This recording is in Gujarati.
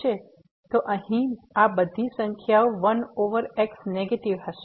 તેથી અહીં આ બધી સંખ્યાઓ 1 ઓવર x નેગેટિવ હશે